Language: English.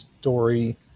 story